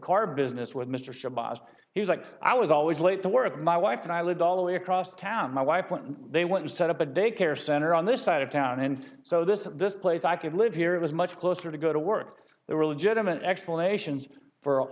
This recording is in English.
car business with mr shabazz he's like i was always late to work my wife and i lived all the way across town my wife when they went to set up a daycare center on this side of town and so this this place i could live here was much closer to go to work there were legitimate explanations for